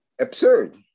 absurd